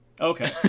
Okay